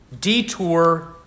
detour